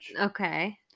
Okay